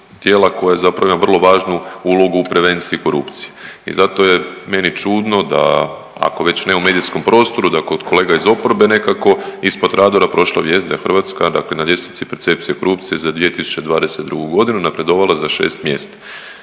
koje zapravo ima vrlo važnu ulogu u prevenciji korupcije. I zato je meni čudno da ako već ne u medijskom prostoru da kod kolega iz oporbe nekako ispod radara prošla vijest da je Hrvatska dakle na ljestvici percepcije korupcije za 2022.g. napredovala za šest mjesta.